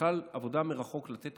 בכלל, עבודה מרחוק, לתת